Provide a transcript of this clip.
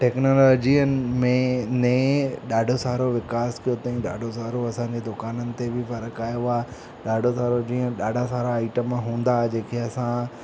टेक्नोलॉजीअनि में ने ॾाढो सारो विकास कयो अथईं ॾाढो सारो असांजे दुकाननि ते बि फ़रकु आयो आहे ॾाढो सारो जीअं ॾाढा सारा आइटम हूंदा जेके असां